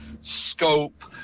scope –